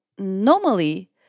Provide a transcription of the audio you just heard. Normally